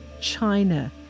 China